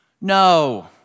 No